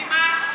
ממה?